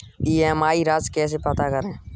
EMI राशि कैसे पता करें?